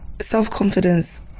self-confidence